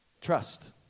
Trust